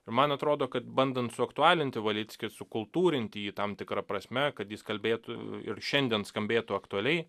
ir man atrodo kad bandant suaktualinti valickį sukultūrinti jį tam tikra prasme kad jis kalbėtų ir šiandien skambėtų aktualiai